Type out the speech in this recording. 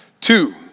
Two